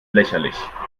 lächerlich